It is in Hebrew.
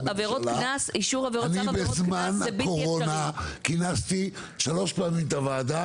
אני בזמן הקורונה כינסתי שלוש פעמים את הוועדה